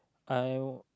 I'll